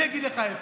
אני אגיד לך איפה.